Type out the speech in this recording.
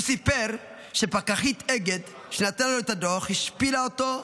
הוא סיפר שפקחית אגד שנתנה לו את הדוח השפילה אותו,